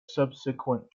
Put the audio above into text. subsequent